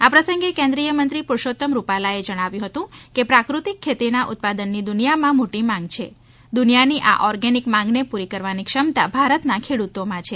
આ પ્રસંગે કેન્દ્રીય મંત્રીશ્રી પરસોત્તમ રૂપાલાએ જણાવ્યું હતું કે પ્રાકૃતિક ખેતીના ઉત્પાદનની દુનિયામાં મોટી માંગ છે દુનિયાની આ ઓર્ગેનીક માંગને પુરી કરવાની ક્ષમતા ભારતના ખેડુતોમાં છે